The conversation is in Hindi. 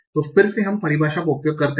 तो फिर से हम परिभाषा का उपयोग करते हैं